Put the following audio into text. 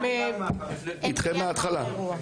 הם אתכם מהתחלה?